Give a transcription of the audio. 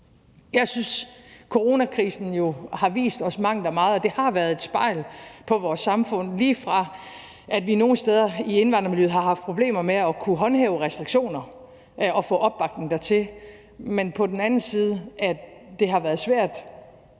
Jeg synes, at coronakrisen har vist os mangt og meget, og det har været et spejl på vores samfund – lige fra at vi nogle steder i indvandrermiljøet har haft problemer med at kunne håndhæve restriktioner og få opbakning dertil, til at det på den anden side havde været svært